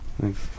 thanks